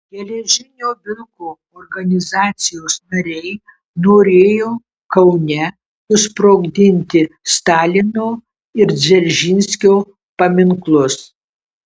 geležinio vilko organizacijos nariai norėjo kaune susprogdinti stalino ir dzeržinskio paminklus